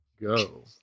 Go